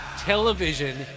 Television